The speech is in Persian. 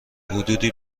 حدودی